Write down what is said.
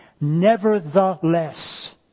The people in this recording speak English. nevertheless